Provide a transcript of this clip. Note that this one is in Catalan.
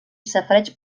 safareig